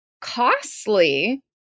costly